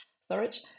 storage